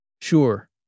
Sure